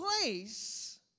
place